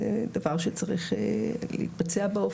כך זה צריך להתבצע.